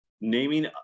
naming